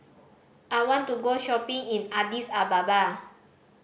I want to go shopping in Addis Ababa